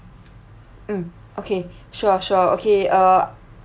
mm okay sure sure okay uh